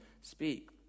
speak